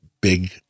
big